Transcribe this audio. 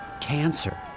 cancer